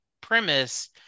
premise